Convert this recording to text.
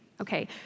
okay